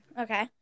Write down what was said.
Okay